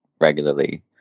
regularly